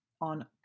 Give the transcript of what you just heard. on